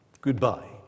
Goodbye